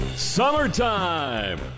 summertime